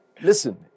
Listen